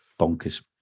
Bonkers